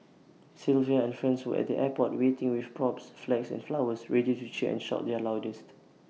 Sylvia and friends were at the airport waiting with props flags and flowers ready to cheer and shout their loudest